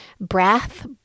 Breath